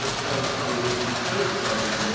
ah so strongly ah encouraged by the,